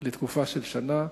לתקופה של שנה,